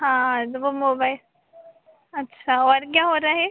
हाँ तो वह मोबइ अच्छा और क्या हो रहा है